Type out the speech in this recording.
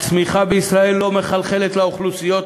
הצמיחה בישראל לא מחלחלת לאוכלוסיות